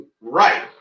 Right